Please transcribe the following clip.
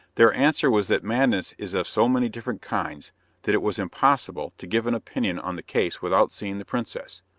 their answer was that madness is of so many different kinds that it was impossible to give an opinion on the case without seeing the princess,